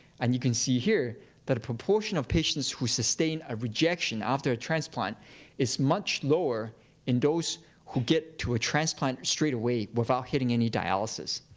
and you can see here that a proportion of patients who sustain a rejection after a transplant is much lower in those who get to a transplant straight away, without hitting any dialysis.